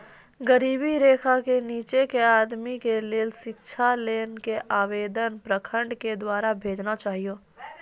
गरीबी रेखा से नीचे के आदमी के लेली शिक्षा लोन के आवेदन प्रखंड के द्वारा भेजना चाहियौ?